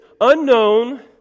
unknown